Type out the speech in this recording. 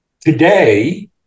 Today